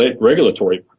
regulatory